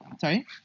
Sorry